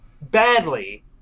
badly